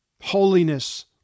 Holiness